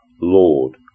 lord